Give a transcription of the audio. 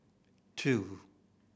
two